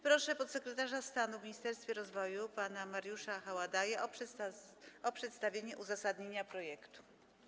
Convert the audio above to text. Proszę podsekretarza stanu w Ministerstwie Rozwoju pana Mariusza Haładyja o przedstawienie uzasadnienia projektu.